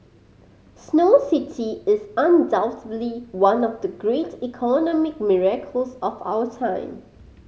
snow city is undoubtedly one of the great economic miracles of our time